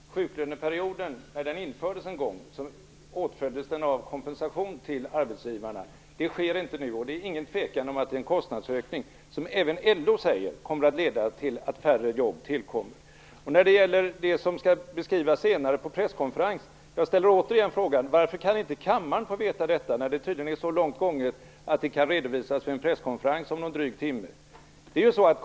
Fru talman! Det är just den diskussion jag nu för med statsministern. När sjuklöneperioden en gång infördes, åtföljdes den av kompensation till arbetsgivarna. Det sker inte nu. Det är inget tvivel om att det är en kostnadsökning, och även LO säger att den kommer att leda till att färre jobb tillkommer. När det gäller det som skall beskrivas senare på en presskonferens ställer jag återigen frågan: Varför kan inte kammaren få veta detta, när det tydligen är så långt gånget att det kan redovisas vid en presskonferens om drygt en timme?